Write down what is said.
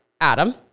Adam